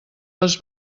les